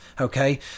Okay